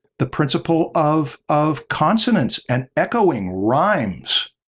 the principle of of consonance and echoing rhymes.